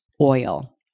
Oil